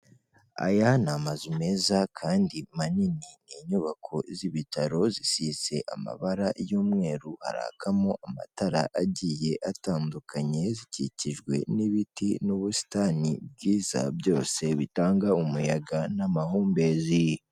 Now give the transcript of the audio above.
Aya ni amazu meza kandi manini, inyubako z'ibitaro zisize amabara y'umweru, harakamo amatara agiye atandukanye, zikikijwe n'ibiti n'ubusitani bwiza, byose bitanga umuyaga n'amahumbezi.